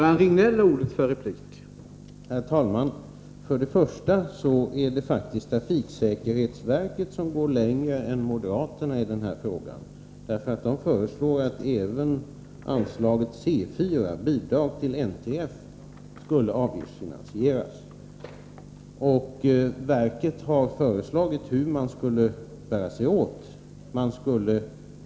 Herr talman! Först och främst vill jag framhålla att trafiksäkerhetsverket faktiskt går längre än moderaterna i den här frågan. Man föreslår nämligen att även anslaget C 4, Bidrag till nationalföreningen för trafiksäkerhetens främjande, avgiftsfinansieras.